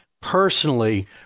personally